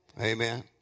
Amen